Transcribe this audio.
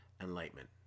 enlightenment